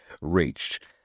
reached